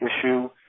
issue